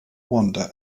wander